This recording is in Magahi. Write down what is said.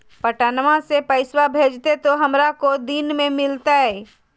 पटनमा से पैसबा भेजते तो हमारा को दिन मे मिलते?